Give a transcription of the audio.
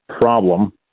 problem